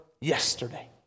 yesterday